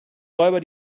räuber